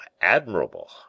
admirable